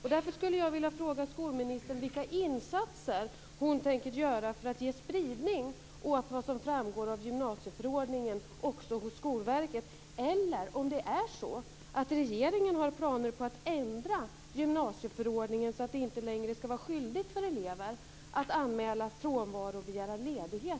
Eller är det så att regeringen har planer på att ändra gymnasieförordningen så att det inte längre skall finnas någon skyldighet för elever i gymnasieskolan att anmäla frånvaro eller begära ledighet?